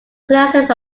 classes